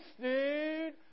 dude